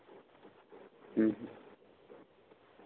ᱦᱮᱸ ᱦᱮᱸ